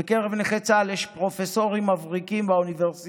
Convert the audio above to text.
בקרב נכי צה"ל יש פרופסורים מבריקים באוניברסיטאות,